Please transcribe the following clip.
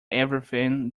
everything